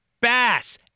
Bass